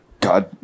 God